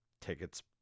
Tickets